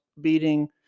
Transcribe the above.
beating